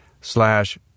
slash